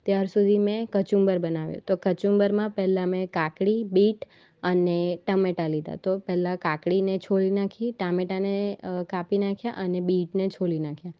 ત્યારસુધી મેં કચુંબર બનાવ્યો તો કચુંબરમાં પહેલાં મેં કાકળી બીટ અને ટામેટા લીધા તો પહેલાં કાકળીને છોલી નાખી ટામેટાને કાપી નાખ્યા અને બીટને છોલી નાખ્યા